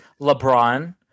LeBron